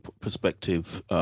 perspective